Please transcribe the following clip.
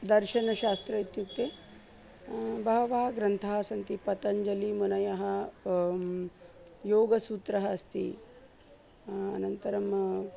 दर्शनशास्त्रम् इत्युक्ते बहवः ग्रन्थाः सन्ति पतञ्जलिमुनयः योगसूत्रम् अस्ति अनन्तरम्